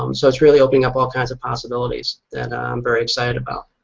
um so it's really opening up all kinds of possibilities that i'm very excited about.